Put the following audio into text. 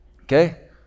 Okay